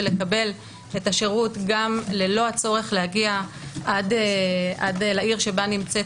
ולקבל את השירות גם ללא הצורך להגיע עד לעיר שבה נמצא